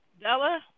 Della